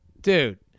dude